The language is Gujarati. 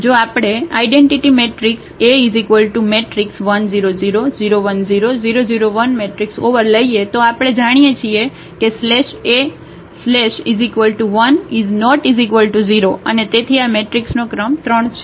જો આપણે આઇડેનટિટિ મેટ્રિક્સ લઈએ તો આપણે જાણીએ છીએ કે | A | 1 ≠ 0 અને તેથી આ મેટ્રિક્સનો ક્રમ 3 છે